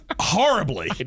horribly